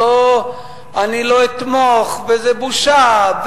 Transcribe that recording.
אני לא אתמוך, וזה בושה.